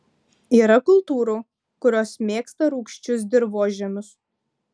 yra kultūrų kurios mėgsta rūgčius dirvožemius